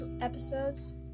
episodes